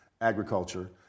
agriculture